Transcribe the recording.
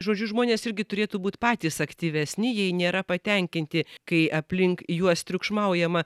žodžiu žmonės irgi turėtų būt patys aktyvesni jei nėra patenkinti kai aplink juos triukšmaujama